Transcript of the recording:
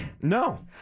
no